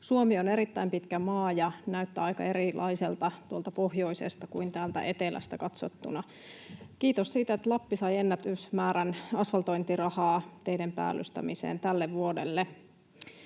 Suomi on erittäin pitkä maa ja näyttää aika erilaiselta tuolta pohjoisesta kuin täältä etelästä katsottuna. Kiitos siitä, että Lappi sai ennätysmäärän asfaltointirahaa teiden päällystämiseen tälle vuodelle.